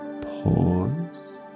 pause